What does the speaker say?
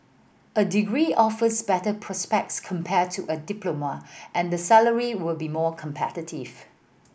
a degree offers better prospects compared to a diploma and the salary will be more competitive